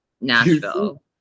Nashville